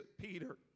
Peter